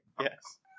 Yes